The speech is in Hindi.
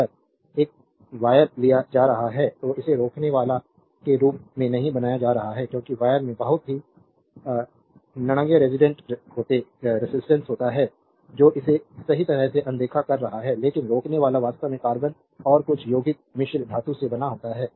अगर एक वायर लिया जा सकता है तो इसे रोकनेवाला के रूप में नहीं बनाया जा सकता है क्योंकि वायर में बहुत ही नगण्य रेजिस्टेंस होता है जो इसे सही तरह से अनदेखा कर सकता है लेकिन रोकनेवाला वास्तव में कार्बन और कुछ यौगिक मिश्र धातु से बना होता है